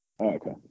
Okay